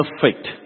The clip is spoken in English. perfect